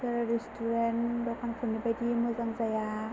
जेरै रेस्टुरेन्ट दखानफोरनि बादि मोजां जाया